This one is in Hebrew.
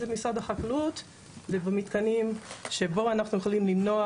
משרד החקלאות ובמתקנים שבהם אנחנו יכולים למנוע